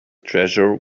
treasure